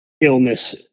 illness